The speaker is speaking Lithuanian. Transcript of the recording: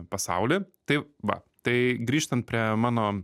pasaulį tai va tai grįžtant prie mano